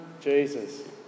Jesus